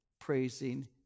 praising